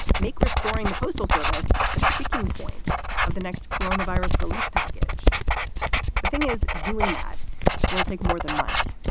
make restoring the postal service a sticking point of the next coronavirus relief package thing is doing that will take more than money.